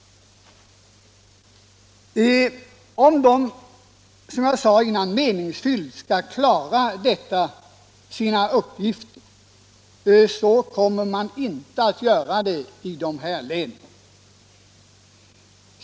Man kommer, som jag tidigare sade, i dessa län inte att på ett meningsfullt sätt kunna handskas med dessa uppgifter.